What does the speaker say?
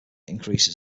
increases